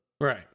Right